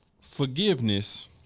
forgiveness